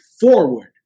forward